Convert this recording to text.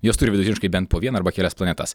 jos turi vidutiniškai bent po vieną arba kelias planetas